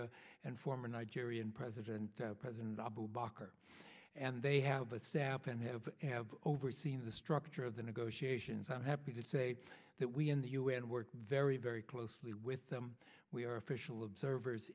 you and former nigerian president president abu bakar and they have a sap and have have overseen the structure of the negotiations i'm happy to say that we in the un work very very closely with them we are official observers